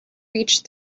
reached